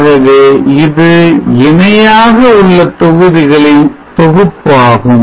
ஆகவே இது இணையாக உள்ள தொகுதிகளின் தொகுப்பாகும்